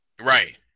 Right